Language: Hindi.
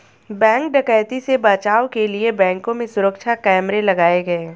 बैंक डकैती से बचाव के लिए बैंकों में सुरक्षा कैमरे लगाये गये